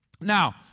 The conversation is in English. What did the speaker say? Now